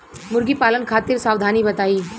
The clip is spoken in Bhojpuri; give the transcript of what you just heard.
मुर्गी पालन खातिर सावधानी बताई?